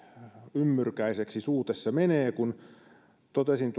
ymmyrkäiseksi suu tässä menee totesin